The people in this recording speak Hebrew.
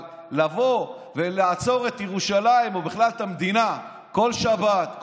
אבל לבוא ולעצור את ירושלים ובכלל את המדינה כל שבת,